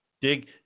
Dig